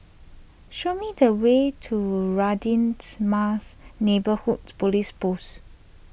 show me the way to Radins Mas Neighbourhood Police Post